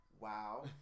wow